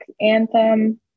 anthem